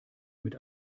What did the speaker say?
mit